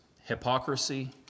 hypocrisy